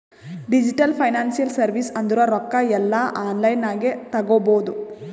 digital financial service ಅಂದುರ್ ರೊಕ್ಕಾ ಎಲ್ಲಾ ಆನ್ಲೈನ್ ನಾಗೆ ತಗೋಬೋದು